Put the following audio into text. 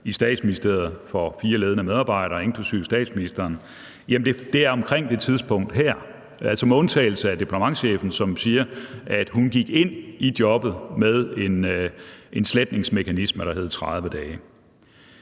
i Statsministeriet for fire ledende medarbejdere, inklusive statsministeren, jamen det er omkring det tidspunkt. Altså med undtagelse af departementschefen, som siger, at hun gik ind i jobbet med en sletningsmekanisme, der hed 30 dage.